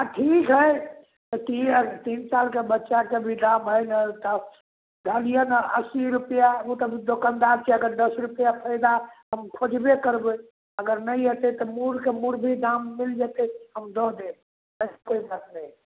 आओर ठीक हइ तऽ तीन तीन सालके बच्चाके भी दाम हइ नहि तऽ जानि लिअऽ ने अस्सी रुपैआ ओ तऽ दोकनदारके अगर दस रुपैआ फाइदा हम खोजबे करबै अगर नहि अएतै तऽ मूरके मूर भी दाम मिलि जेतै हम दऽ देब कोइ बात नहि हइ